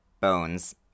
bones